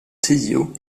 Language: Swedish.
tio